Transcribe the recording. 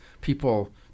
people